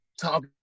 talk